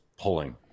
pulling